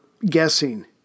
guessing